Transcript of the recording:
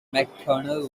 mcconnell